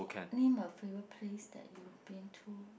name a favourite place that you've been to